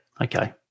Okay